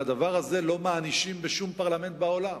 על הדבר הזה לא מענישים בשום פרלמנט בעולם.